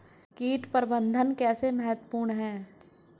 कीट प्रबंधन कैसे महत्वपूर्ण है?